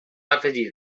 afegir